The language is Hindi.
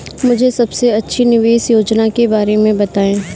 मुझे सबसे अच्छी निवेश योजना के बारे में बताएँ?